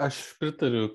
aš pritariu